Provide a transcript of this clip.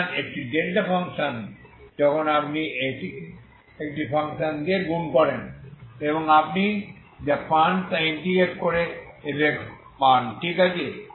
সুতরাং একটি delta function যখন আপনি একটি ফাংশন দিয়ে গুণ করেন এবং আপনি যা পান তা ইন্টিগ্রেট করে f ঠিক আছে